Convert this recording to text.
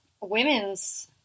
women's